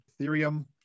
ethereum